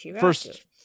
First